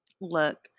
look